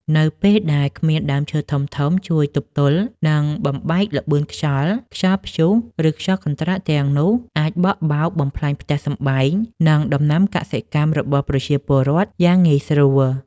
នៅពេលដែលគ្មានដើមឈើធំៗជួយទប់ទល់ និងបំបែកល្បឿនខ្យល់ ខ្យល់ព្យុះ ឬខ្យល់កន្ត្រាក់ទាំងនោះអាចបក់បោកបំផ្លាញផ្ទះសម្បែង និងដំណាំកសិកម្មរបស់ប្រជាពលរដ្ឋយ៉ាងងាយស្រួល។